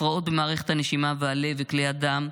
הפרעות במערכת הנשימה והלב וכלי הדם,